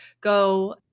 go